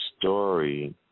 story